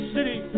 City